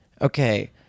Okay